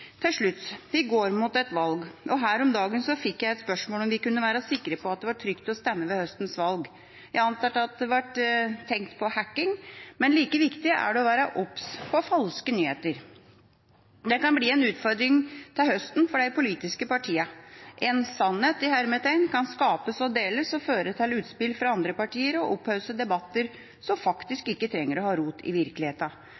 Til slutt: Vi går mot et valg. Her om dagen fikk jeg et spørsmål om vi kunne være sikre på at det var trygt å stemme ved høstens valg. Jeg antar at det ble tenkt på hacking, men like viktig er det å være obs på falske nyheter. Det kan bli en utfordring til høsten for de politiske partiene. En «sannhet» kan skapes og deles og føre til utspill fra andre partier og opphaussede debatter som